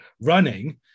running